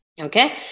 Okay